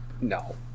No